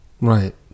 Right